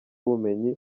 ubumenyi